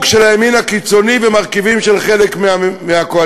של הימין הקיצוני ומרכיבים של חלק מהקואליציה,